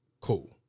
cool